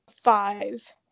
five